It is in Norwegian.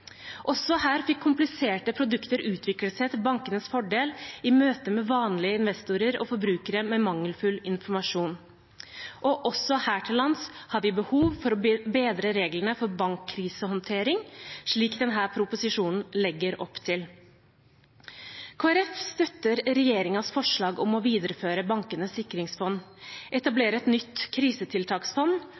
Også her fikk kompliserte produkter utvikle seg til bankenes fordel i møte med vanlige investorer og forbrukere med mangelfull informasjon. Og også her til lands har vi behov for å bedre reglene for bankkrisehåndtering, slik denne proposisjonen legger opp til. Kristelig Folkeparti støtter regjeringens forslag om å videreføre Bankenes sikringsfond, etablere et nytt krisetiltaksfond